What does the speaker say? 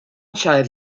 child